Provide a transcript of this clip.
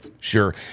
sure